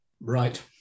right